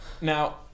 now